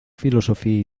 filosofía